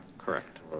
correct.